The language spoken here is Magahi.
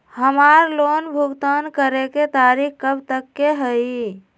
हमार लोन भुगतान करे के तारीख कब तक के हई?